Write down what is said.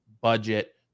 budget